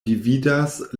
dividas